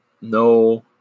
no